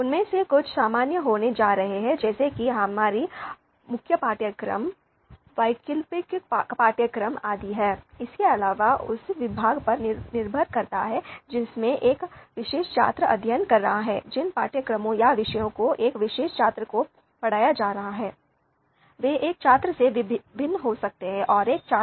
उनमें से कुछ सामान्य होने जा रहे हैं जैसे कि हमारे पास मुख्य पाठ्यक्रम वैकल्पिक पाठ्यक्रम आदि हैं इसके अलावा उस विभाग पर निर्भर करता है जिसमें एक विशेष छात्र अध्ययन कर रहा है जिन पाठ्यक्रमों या विषयों को एक विशेष छात्र को पढ़ाया जा रहा है वे एक छात्र से भिन्न हो सकते हैं एक और छात्र